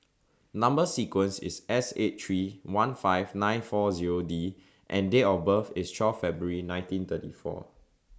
Number sequence IS S eight three one five nine four Zero D and Date of birth IS twelve February nineteen thirty four